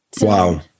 Wow